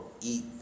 eat